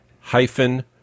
hyphen